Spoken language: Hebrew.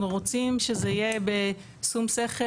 אנחנו רוצים שזה יהיה בשום שכל,